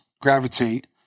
gravitate